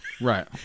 Right